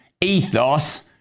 Ethos